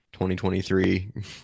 2023